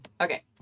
Okay